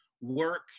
work